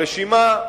הרשימה,